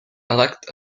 elect